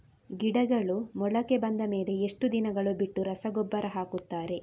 ಗಿಡಗಳು ಮೊಳಕೆ ಬಂದ ಮೇಲೆ ಎಷ್ಟು ದಿನಗಳು ಬಿಟ್ಟು ರಸಗೊಬ್ಬರ ಹಾಕುತ್ತಾರೆ?